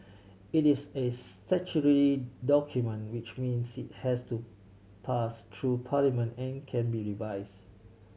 it is a statutory document which means it has to pass through Parliament and can be revise